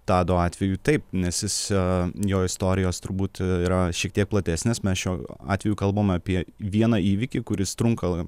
tado atveju taip nes jis ee jo istorijos turbūt yra šiek tiek platesnės mes šiuo atveju kalbam apie vieną įvykį kuris trunka